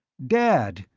dad,